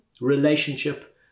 relationship